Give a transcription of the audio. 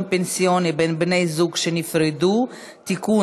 פנסיוני בין בני זוג שנפרדו (תיקון,